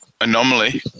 anomaly